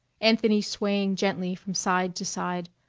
anthony swaying gently from side to side,